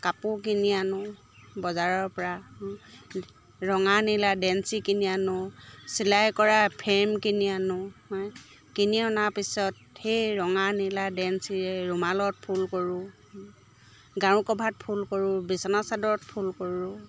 কাপোৰ কিনি আনোঁ বজাৰৰপৰা ৰঙা নীলা ডেঞ্চি কিনি আনোঁ চিলাই কৰা ফ্ৰেম কিনি আনোঁ কিনি অনা পিছত সেই ৰঙা নীলা ডেন্সিৰে ৰুমালত ফুল কৰোঁ গাৰুকভাৰত ফুল কৰোঁ বিছনাচাদৰত ফুল কৰোঁ